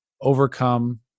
overcome